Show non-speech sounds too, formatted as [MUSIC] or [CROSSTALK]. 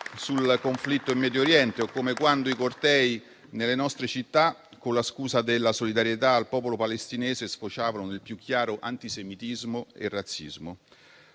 sul conflitto in Medio Oriente. [APPLAUSE] o quando i cortei nelle nostre città, con la scusa della solidarietà al popolo palestinese, sfociavano nel più chiaro antisemitismo e razzismo.